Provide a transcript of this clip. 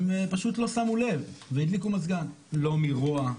הם פשוט לא שמו לב והדליקו מזגן, לא מרוע,